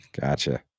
gotcha